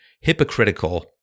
hypocritical